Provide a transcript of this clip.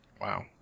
Wow